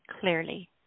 clearly